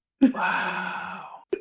Wow